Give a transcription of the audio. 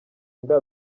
inda